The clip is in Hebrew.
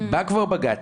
בא כבר בג"צ,